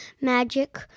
magic